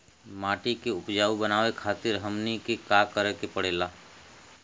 माटी के उपजाऊ बनावे खातिर हमनी के का करें के पढ़ेला?